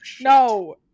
No